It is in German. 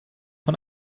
von